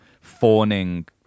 fawning